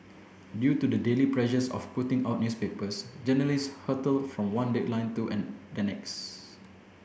due to the daily pressures of putting out newspapers journalist hurtle from one deadline to an the next